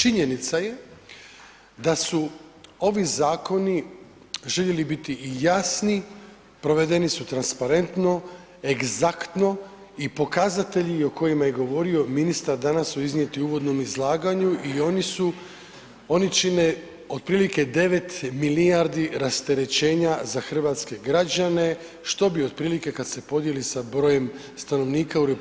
Činjenica je da su ovi zakoni željeli biti i jasni, provedeni su transparentno, egzaktno i pokazatelji o kojima je govorio ministar danas su iznijeti u uvodnom izlaganju i oni su, oni čine otprilike 9 milijardi rasterećenja za hrvatske građane što bi otprilike kad se podijeli sa brojem stanovnika u RH